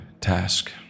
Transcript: task